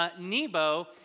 Nebo